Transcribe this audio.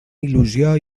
il·lusió